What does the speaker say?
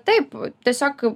taip tiesiog